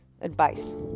advice